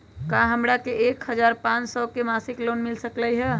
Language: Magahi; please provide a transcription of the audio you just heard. का हमरा के एक हजार पाँच सौ के मासिक लोन मिल सकलई ह?